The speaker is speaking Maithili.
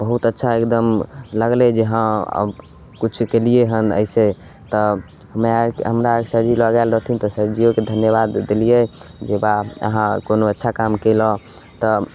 बहुत अच्छा एकदम लगलय जे हाँ आब किछु कयलियै हन अइसे तब हमरा आरके हमरा आर सरजी लअ गेल रहथिन तऽ सरजियोके धन्यवाद देलियनि जे वाह अहाँ कोनो अच्छा काम कयलहुँ तऽ